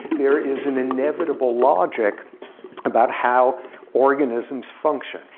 there is an inevitable logic about how organisms function,